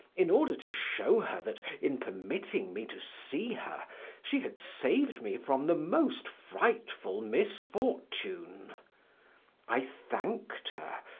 in order to show her that in permitting me to see her she had saved me from the most frightful misfortune i thanked her,